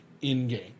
in-game